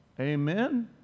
amen